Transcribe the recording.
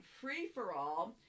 free-for-all